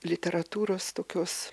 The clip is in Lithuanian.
literatūros tokios